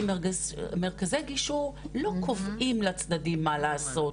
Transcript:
כי מרכזי גישור לא קובעים לצדדים מה לעשות,